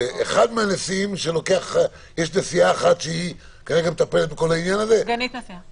יש נשיאה אחת שהיא מטפלת כרגע בכל העניין הזה -- סגנית נשיאה.